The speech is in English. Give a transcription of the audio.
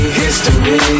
history